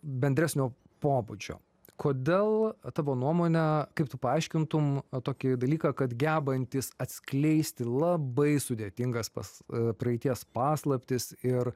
bendresnio pobūdžio kodėl tavo nuomone kaip tu paaiškintum tokį dalyką kad gebantys atskleisti labai sudėtingas pas praeities paslaptis ir